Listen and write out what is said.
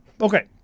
Okay